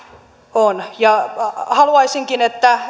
on haluaisinkin että